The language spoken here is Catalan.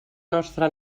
nostra